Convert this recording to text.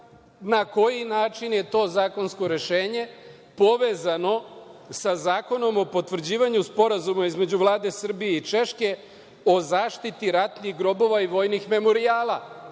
na koji način je to zakonsko rešenje povezano sa Zakonom o potvrđivanju Sporazuma između Vlade Srbije i Češke, o zaštiti ratnih grobova i vojnih memorijala?